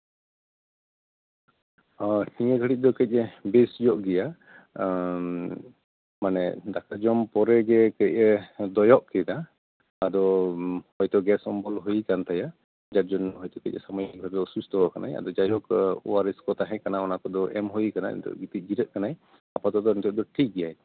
ᱦᱮᱸ ᱱᱤᱭᱟᱹ ᱜᱷᱟ ᱲᱤᱡ ᱫᱚ ᱠᱟᱹᱡ ᱮᱭ ᱵᱮᱥ ᱧᱚᱜ ᱜᱮᱭᱟ ᱢᱟᱱᱮ ᱫᱟᱠᱟ ᱡᱚᱢ ᱯᱚᱨᱮᱜᱮ ᱠᱟᱹᱡᱼᱮ ᱫᱚᱭᱚᱜ ᱠᱮᱫᱟ ᱟᱫᱚ ᱦᱚᱭᱛᱳ ᱜᱮᱥ ᱚᱢᱵᱚᱞ ᱦᱩᱭ ᱠᱟᱱ ᱛᱟᱭᱟ ᱡᱟᱨ ᱡᱚᱱᱱᱚ ᱦᱚᱭᱛᱳ ᱠᱟᱹᱡ ᱥᱟᱢᱚᱭᱤᱠ ᱵᱷᱟᱵᱮ ᱚᱥᱩᱥᱛᱷᱚᱣᱟᱠᱟᱱᱟᱭ ᱡᱟᱭᱦᱳᱠ ᱚᱣᱟᱨᱮᱥ ᱠᱚ ᱛᱟᱦᱮᱸᱠᱟᱱᱟ ᱚᱱᱟ ᱠᱚᱫᱚ ᱮᱢ ᱦᱩᱭᱟᱠᱟᱱᱟ ᱱᱤᱛᱚᱜ ᱮᱭ ᱜᱤᱛᱤᱡ ᱡᱤᱨᱟᱹᱜ ᱠᱟᱱᱟᱭ ᱟᱯᱟᱛᱚᱛᱚ ᱱᱤᱛᱚᱜ ᱫᱚ ᱴᱷᱤᱠᱜᱮᱭᱟᱭ